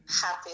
Happy